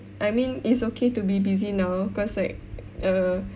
I mean it's okay to be busy now cause like err